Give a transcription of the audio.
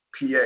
PA